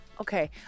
Okay